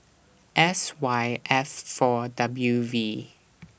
S Y F four W V